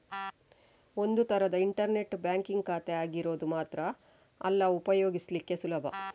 ಒಂದು ತರದ internet banking ಖಾತೆ ಆಗಿರೋದು ಮಾತ್ರ ಅಲ್ಲ ಉಪಯೋಗಿಸ್ಲಿಕ್ಕೆ ಸುಲಭ